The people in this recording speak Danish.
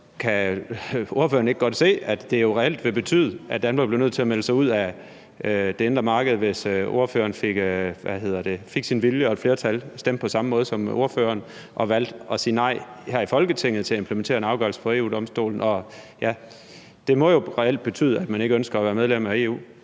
kan ordføreren ikke godt se, at det jo reelt ville betyde, at Danmark blev nødt til at melde sig ud af det indre marked, hvis ordføreren fik sin vilje og et flertal stemte på samme måde som ordføreren og valgte at sige nej her i Folketinget til at implementere en afgørelse fra EU-Domstolen? Det må jo reelt betyde, at man ikke ønsker at være medlem af EU.